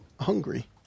hungry